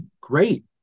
Great